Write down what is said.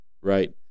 Right